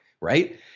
right